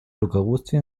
руководстве